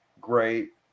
great